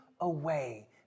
away